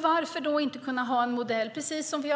Varför då inte ha en modell för det inom denna sektor precis som vi